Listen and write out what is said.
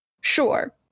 sure